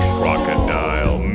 crocodile